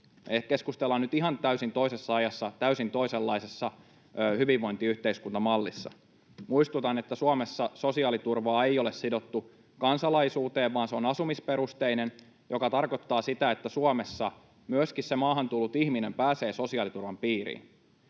Me keskustellaan nyt ihan täysin toisessa ajassa, täysin toisenlaisessa hyvinvointiyhteiskuntamallissa. Muistutan, että Suomessa sosiaaliturvaa ei ole sidottu kansalaisuuteen vaan se on asumisperusteinen, mikä tarkoittaa sitä, että Suomessa myöskin se maahan tullut ihminen pääsee sosiaaliturvan piiriin.